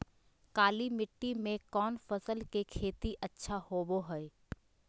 काली मिट्टी में कौन फसल के खेती अच्छा होबो है?